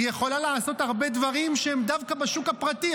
היא יכולה לעשות הרבה דברים שהם דווקא בשוק הפרטי,